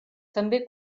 també